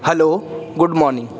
hello god morning